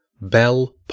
Bell